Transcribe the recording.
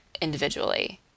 individually